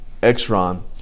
Exron